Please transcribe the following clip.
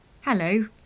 Hello